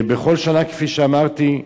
בכל שנה, כפי שאמרתי,